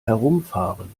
herumfahren